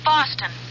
Boston